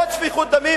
אתה מסית,